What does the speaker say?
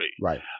right